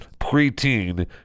preteen